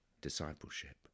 discipleship